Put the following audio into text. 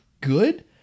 good